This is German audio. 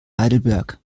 heidelberg